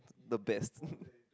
the best